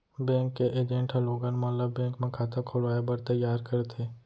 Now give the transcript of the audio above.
bank के agent ह लोगन मन ल बेंक म खाता खोलवाए बर तइयार करथे